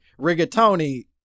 rigatoni